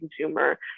consumer